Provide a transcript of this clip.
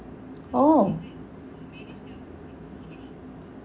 oh